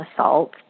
assault